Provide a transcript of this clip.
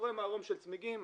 רואה ערימות של צמיגים,